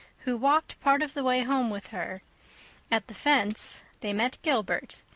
who walked part of the way home with her at the fence they met gilbert,